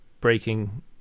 breaking